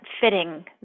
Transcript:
fitting